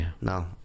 no